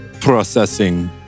processing